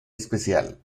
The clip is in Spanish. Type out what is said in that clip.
especial